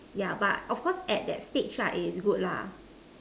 yeah but of course at that stage lah it is good lah